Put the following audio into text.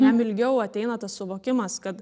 jam ilgiau ateina tas suvokimas kad